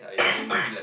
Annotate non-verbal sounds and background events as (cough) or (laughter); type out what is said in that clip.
(coughs)